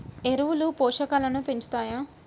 ఎరువులు పోషకాలను పెంచుతాయా?